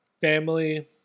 family